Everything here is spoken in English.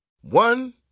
One